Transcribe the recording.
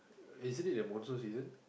isn't the monsoon Season